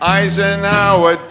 Eisenhower